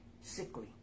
Sickly